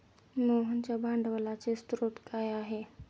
मोहनच्या भांडवलाचे स्रोत काय आहे?